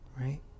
right